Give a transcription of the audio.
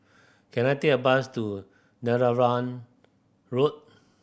can I take a bus to Netheravon Road